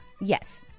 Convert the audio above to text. Yes